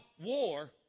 war